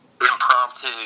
impromptu